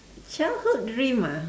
childhood dream ah